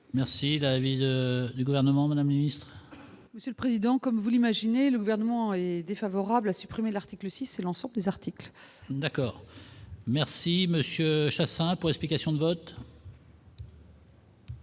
Merci la ville du gouvernement Madame Istres. Monsieur le président, comme vous l'imaginez, le gouvernement est défavorable à supprimer l'article 6 et l'ensemble des articles d'accord. Merci Monsieur Chassaing pas, explications de vote.